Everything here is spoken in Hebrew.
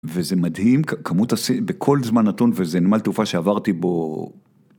וזה מדהים, כמות ה- בכל זמן נתון וזה נמל תעופה שעברתי בו.